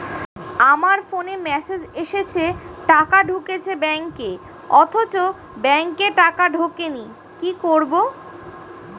আমার ফোনে মেসেজ এসেছে টাকা ঢুকেছে ব্যাঙ্কে অথচ ব্যাংকে টাকা ঢোকেনি কি করবো?